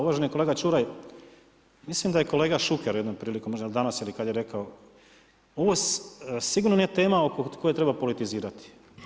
Uvaženi kolega Čuraj, mislim da je kolega Šuker jednom prilikom danas ili kad je rekao ovo sigurno nije tema oko koje treba politizirati.